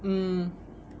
mm